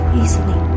easily